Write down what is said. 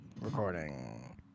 Recording